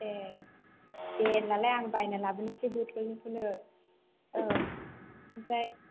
ए दे होनबालाय बायनानै लाबोनोसै बथलनिखौनो औ ओमफ्राय